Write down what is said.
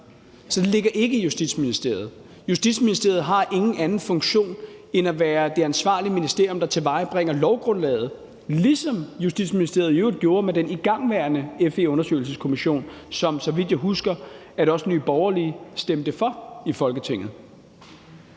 Så det ligger ikke i Justitsministeriet. Justitsministeriet har ingen anden funktion end at være det ansvarlige ministerium, der tilvejebringer lovgrundlaget, ligesom Justitsministeriet i øvrigt gjorde med den igangværende FE-undersøgelseskommission, som, så vidt jeg husker, også Nye Borgerlige stemte for i Folketinget.